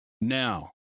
Now